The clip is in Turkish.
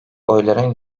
oyların